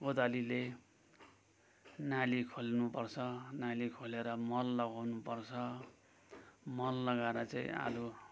कोदालीले नाली खोल्नु पर्छ नाली खोलेर मल लगाउनु पर्छ मल लगाएर चाहिँ आलु